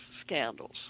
scandals